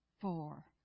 four